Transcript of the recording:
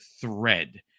thread